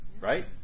right